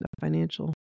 financial